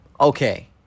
okay